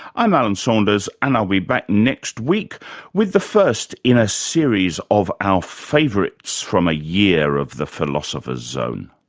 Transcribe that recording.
i'm alan saunders and i'll be back next week with the first in a series of our favourites from a year of the philosopher's zone